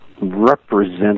represent